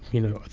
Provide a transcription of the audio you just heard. you know,